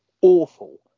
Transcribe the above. awful